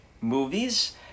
movies